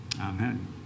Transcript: Amen